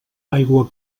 aigua